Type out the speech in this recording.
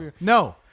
No